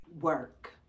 work